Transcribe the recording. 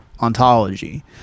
ontology